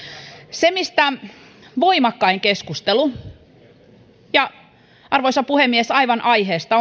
se mistä on käyty voimakkain keskustelu ja arvoisa puhemies aivan aiheesta